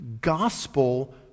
gospel